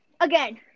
again